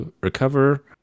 recover